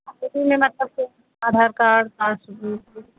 किसी में मतलब की आधार कार्ड पासबुक